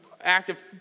active